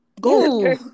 go